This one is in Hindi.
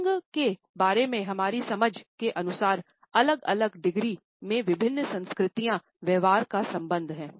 लिंग के बारे में हमारी समझ के अनुसार अलग अलग डिग्री में विभिन्न संस्कृतियाँ व्यवहार का संबंध है